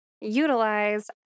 utilize